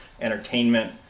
entertainment